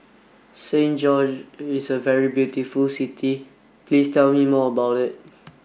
Saint George's is a very beautiful city Please tell me more about it